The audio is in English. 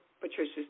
Patricia